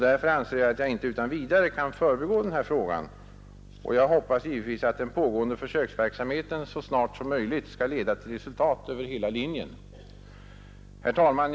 Därför anser jag att jag inte utan vidare kan förbigå den här frågan. Och jag hoppas givetvis att den pågående försöksverksamheten så snart som möjligt skall leda till resultat över hela linjen. Herr talman!